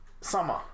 summer